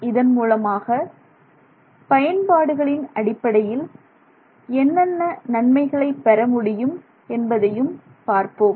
இதன் மூலமாக பயன்பாடுகளின் அடிப்படையில் என்னென்ன நன்மைகளை பெறமுடியும் என்பதையும் பார்ப்போம்